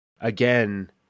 Again